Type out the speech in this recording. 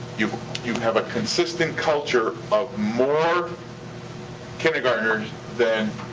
you you have a consistent culture of more kindergarteners than